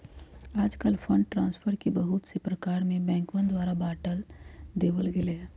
आजकल fund transfer के बहुत से प्रकार में बैंकवन द्वारा बांट देवल गैले है